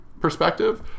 perspective